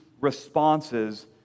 responses